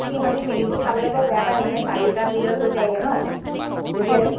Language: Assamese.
ইহঁতে মেগীবোৰ খাবলৈ বৰ বেয়া পায় মানে চাৰিটা পিৰিয়ড হৈ যায়গৈ ন তেতিয়ালৈকে